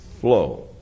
flow